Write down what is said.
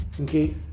okay